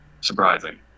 surprising